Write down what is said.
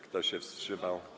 Kto się wstrzymał?